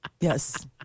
Yes